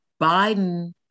Biden